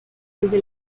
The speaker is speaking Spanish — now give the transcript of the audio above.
desde